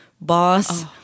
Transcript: boss